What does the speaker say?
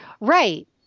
right